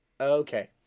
Okay